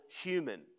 human